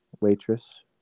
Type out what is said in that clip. waitress